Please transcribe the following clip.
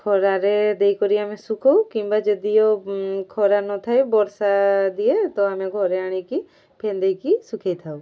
ଖରାରେ ଦେଇକରି ଆମେ ଶୁଖଉ କିମ୍ବା ଯଦିଓ ଖରା ନଥାଏ ବର୍ଷା ଦିଏ ତ ଆମେ ଘରେ ଆଣିକି ଫ୍ୟାନ୍ ଦେଇକି ଶୁଖାଇଥାଉ